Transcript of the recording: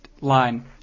line